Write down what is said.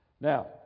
Now